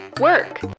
work